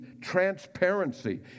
transparency